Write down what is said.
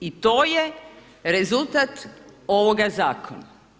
I to je rezultat ovoga zakona.